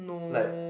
like